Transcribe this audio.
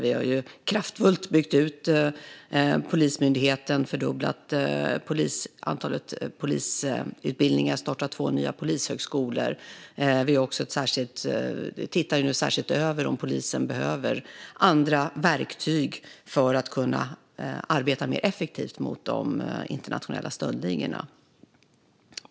Vi har kraftfullt byggt ut Polismyndigheten, fördubblat antalet platser på polisutbildningarna och startat två nya polishögskolor. Vi tittar nu också särskilt över om polisen behöver andra verktyg för att kunna arbeta mer effektivt mot de internationella stöldligorna.